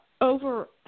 Over